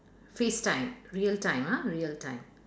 face time real time ah real time